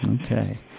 okay